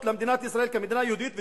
למדינת ישראל כמדינה יהודית ודמוקרטית,